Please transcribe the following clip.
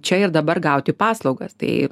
čia ir dabar gauti paslaugas tai